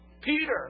Peter